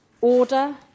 order